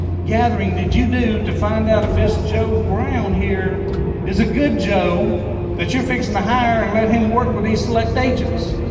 gathering did you do to find out if this joe brown here is a good joe that you're fixing to hire and let him work with these select agents.